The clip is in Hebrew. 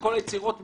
את כל היצירות מראש?